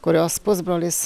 kurios pusbrolis